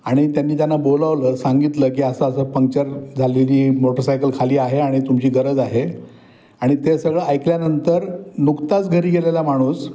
आणि त्यांनी त्यांना बोलावलं सांगितलं की असं असं पंक्चर झालेली मोटरसायकल खाली आहे आणि तुमची गरज आहे आणि ते सगळं ऐकल्यानंतर नुकताच घरी गेलेला माणूस